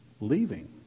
leaving